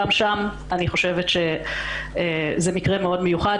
גם שם אני חושבת שזה מקרה מאוד מיוחד,